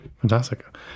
Fantastic